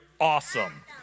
Awesome